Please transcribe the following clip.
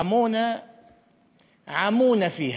שעמונה,